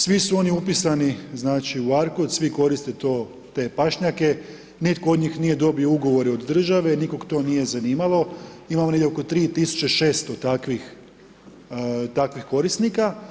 Svi su oni upisani znači u .../nerazumljivo/..., svi koriste te pašnjake, nitko od njih nije dobio ugovore od države, nikog to nije zanimalo, imamo negdje oko 3,600 takvih korisnika.